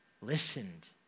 listened